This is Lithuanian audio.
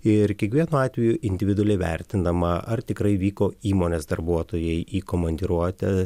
ir kiekvienu atveju individualiai vertindama ar tikrai vyko įmonės darbuotojai į komandiruotę